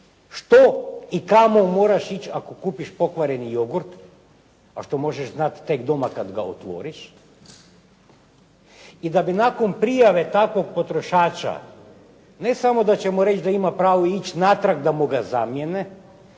što i kamo moraš ići ako kupiš pokvareni jogurt, a što možeš znati tek doma kad ga otvoriš, i da bi nakon prijave takvog potrošača, ne samo da ćemo reći da ima pravo ići natrag da mu ga zamijene,